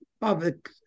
public